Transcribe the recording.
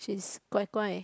she's guai:乖 guai:乖